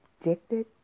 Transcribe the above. addicted